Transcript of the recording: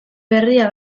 berria